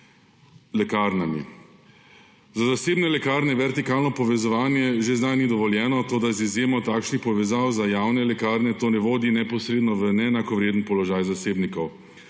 lekarnami. Za zasebne lekarne vertikalno povezovanje že sedaj ni dovoljeno, toda z izjemo takšnih povezav za javne lekarne to ne vodi v neposredno v neenakovreden položaj zasebnikov,